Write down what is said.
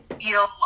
feel